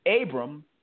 Abram